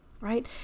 Right